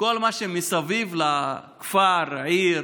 כל מה שמסביב לכפר, עיר